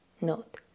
note